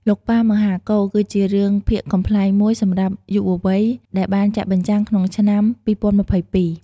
លោកប៉ាមហាកូរ គឺជារឿងភាគកំប្លែងមួយសម្រាប់យុវវ័យ ដែលបានចាក់បញ្ចាំងក្នុងឆ្នាំ ២០២២។